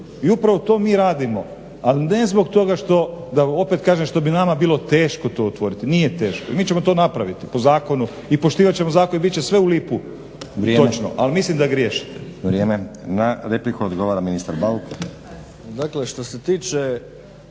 I upravo to mi radimo, ali ne zbog toga što, da opet kažem, što bi nama bilo teško to otvoriti, nije teško i mi ćemo to napraviti po zakonu i poštivat ćemo zakon, i bit će sve u lipu, točno, ali mislim da griješite. **Stazić, Nenad (SDP)** Vrijeme. Na repliku odgovara ministar Bauk. **Bauk, Arsen